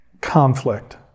conflict